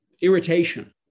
irritation